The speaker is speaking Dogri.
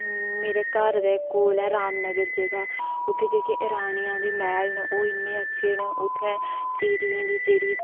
मेरे घर दे कोल ऐ रामनगर जगह उत्थै जेह्के रानी आह्ले मैह्ल न ओह् इ'न्ने अच्छे न उत्थै चिड़ियें दी चिड़ियें